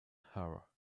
hour